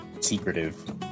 secretive